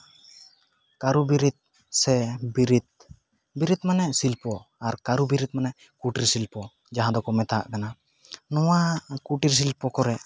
ᱠᱟᱹᱨᱩ ᱵᱤᱨᱤᱫᱽ ᱥᱮ ᱵᱤᱨᱤᱫᱽ ᱵᱤᱨᱤᱫᱽ ᱢᱟᱱᱮ ᱥᱤᱞᱯᱚ ᱟᱨ ᱠᱟᱹᱨᱩ ᱵᱤᱨᱤᱫᱽ ᱢᱟᱱᱮ ᱠᱩᱴᱤᱨ ᱥᱤᱞᱯᱚ ᱡᱟᱦᱟᱸ ᱫᱚᱠᱚ ᱢᱮᱛᱟᱜ ᱠᱟᱱᱟ ᱱᱚᱣᱟ ᱠᱩᱴᱤᱨ ᱥᱩᱞᱯᱚ ᱠᱚᱨᱮ